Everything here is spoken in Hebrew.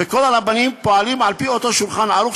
וכל הרבנים פועלים על-פי אותו "שולחן ערוך",